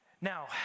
Now